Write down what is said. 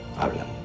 hablan